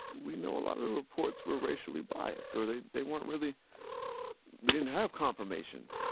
we know a lot of the reports were racially biased. or they they weren't really we didn't have confirmation